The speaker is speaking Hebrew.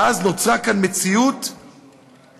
ואז נוצרה כאן מציאות קשה,